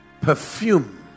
perfume